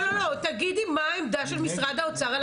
תגידי מה העמדה של משרד האוצר על